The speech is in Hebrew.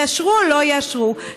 יאשרו או לא יאשרו.